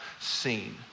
seen